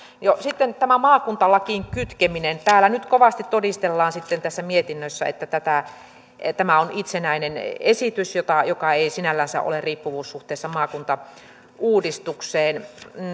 sitten tämä maakuntalakiin kytkeminen täällä nyt kovasti todistellaan sitten tässä mietinnössä että tämä on itsenäinen esitys joka ei ei sinällänsä ole riippuvuussuhteessa maakuntauudistukseen